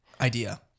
idea